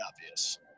obvious